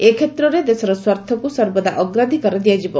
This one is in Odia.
ଏକ୍ଷେତ୍ରରେ ଦେଶର ସ୍ୱାର୍ଥକୃ ସର୍ବଦା ଅଗ୍ରାଧିକାର ଦିଆଯିବ